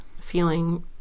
feeling